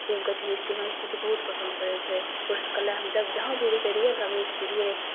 फेर हम कहै छी हिस्ट्री हमरा हिस्ट्री बहुत पसन्द पड़ै छै पुस्तकालय हम जब जहाँ भी घुसै रहिए ने तऽ हमे हिस्ट्रिए